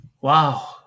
Wow